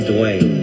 Dwayne